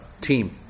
team